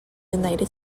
united